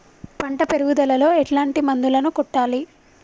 పంట పెరుగుదలలో ఎట్లాంటి మందులను కొట్టాలి?